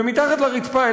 ומתחת לרצפה,